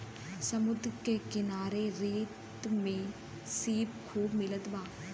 समुंदर के किनारे रेत में सीप खूब मिलत बा